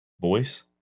voice